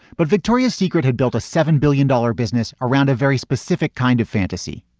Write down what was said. but victoria's secret had built a seven billion dollar business around a very specific kind of fantasy.